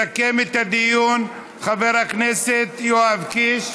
מסכם את הדיון, חבר הכנסת יואב קיש.